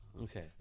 Okay